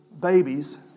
babies